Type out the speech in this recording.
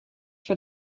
for